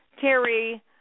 Terry